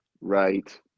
right